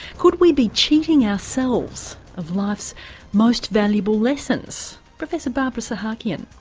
could we be cheating ourselves of life's most valuable lessons? professor barbara sahakian.